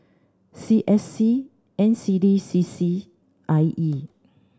C S C N C D C C I E